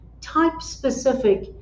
type-specific